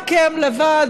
רק הם לבד,